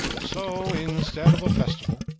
so instead of a festival,